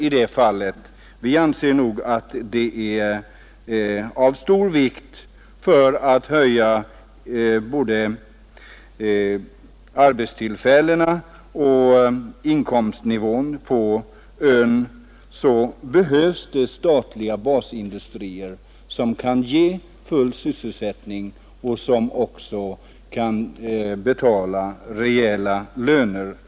Det behövs statliga basindustrier både för att öka antalet arbetstillfällen och för att höja inkomstnivån på ön.